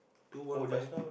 two one five